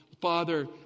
Father